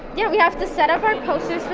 yeah we have to set up our posters.